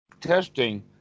testing